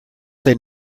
they